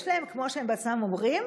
יש להם, כמו שהם בעצמם אומרים,